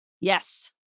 Yes